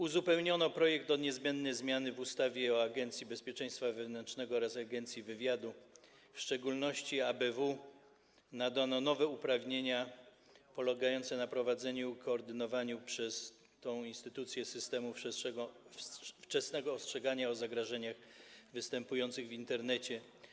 Uzupełniono projekt o niezbędne zmiany w ustawie o Agencji Bezpieczeństwa Wewnętrznego oraz Agencji Wywiadu, w szczególności ABW nadano nowe uprawnienia polegające na prowadzeniu i koordynowaniu przez tę instytucję systemu wczesnego ostrzegania o zagrożeniach występujących w Internecie.